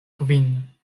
kvin